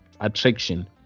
attraction